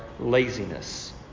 Laziness